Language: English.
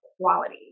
quality